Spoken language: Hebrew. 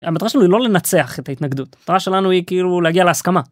המטרה שלנו היא לא לנצח את ההתנגדות שלנו. המטרה שלנו היא כאילו להגיע להסכמה.